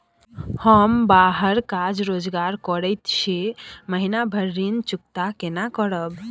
हम बाहर काज रोजगार करैत छी, महीना भर ऋण चुकता केना करब?